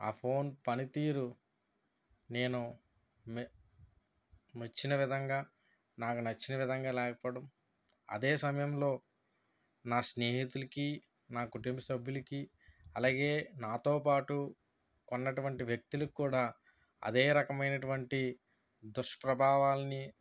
ఆ ఫోన్ పనితీరు నేను మె మెచ్చిన విధంగా నాకు నచ్చిన విధంగా లేకపోవడం అదే సమయంలో నా స్నేహితులకి నా కుటుంబ సభ్యులకి అలాగే నాతో పాటు కొన్నటువంటి వ్యక్తులకి కూడా అదే రకమైనటువంటి దుష్ప్రభావాలిని